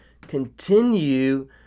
continue